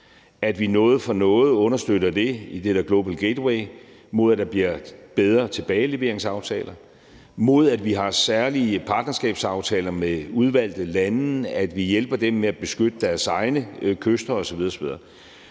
at vi får noget for noget, understøtter det i Global Gateway, mod at der bliver bedre tilbageleveringsaftaler, mod at vi har særlige partnerskabsaftaler med udvalgte lande, at vi hjælper dem med at beskytte deres egne kyster osv.